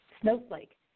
Snowflake